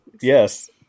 Yes